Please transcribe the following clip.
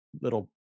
little